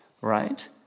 right